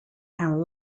and